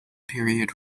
period